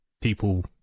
people